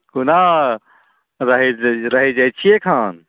कोना रहै जाइत छियै एखन